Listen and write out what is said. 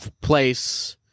place